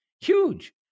huge